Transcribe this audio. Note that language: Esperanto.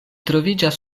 troviĝas